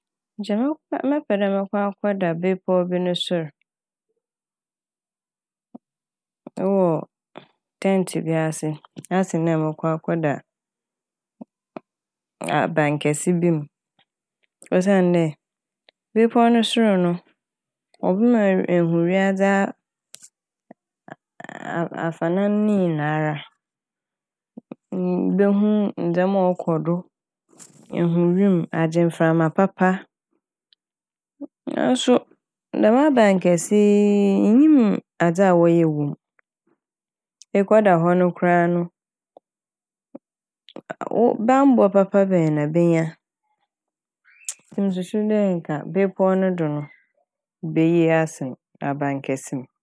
Nkyɛ mɔ- mɛpɛ dɛ mɔkɔ akɔda bepɔw bi sor ɛwɔ "tent" bi ase asen dɛ mɔkɔ akɛda abankɛse bi m' osiandɛ bepɔw no sor no ɔbɛma ew- ehu wiadze a aa- afanan ne nyinara. Mm- mbohu ndzɛma a ɔkɔ do, ehu wim', agye mframa papa naaso dɛm aban kɛse yiii nnyim adze a wɔyɛɛ wɔ m'. Ekɔda hɔ no koraa no banbɔ papa bɛn na ebenya mtsk! Ntsi mususu dɛ bepɔw no do no beye asen aban kɛse m'.